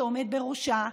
שעומד בראשה,